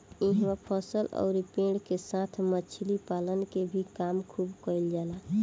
इहवा फसल अउरी पेड़ के साथ मछली पालन के भी काम खुब कईल जाला